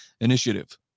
initiative